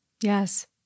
Yes